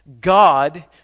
God